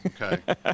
Okay